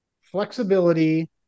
flexibility